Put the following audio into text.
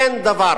אין דבר